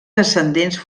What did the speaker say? descendents